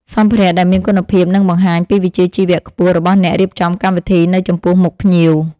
សម្ភារៈដែលមានគុណភាពនឹងបង្ហាញពីវិជ្ជាជីវៈខ្ពស់របស់អ្នករៀបចំកម្មវិធីនៅចំពោះមុខភ្ញៀវ។